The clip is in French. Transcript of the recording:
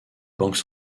banques